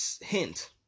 hint